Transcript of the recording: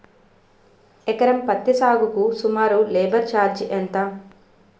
ఎకరం పత్తి సాగుకు సుమారు లేబర్ ఛార్జ్ ఎంత?